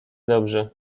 dobrze